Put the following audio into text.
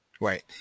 Right